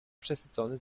przesycony